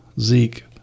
Zeke